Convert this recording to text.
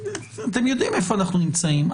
אתם יודעים איפה אנחנו נמצאים.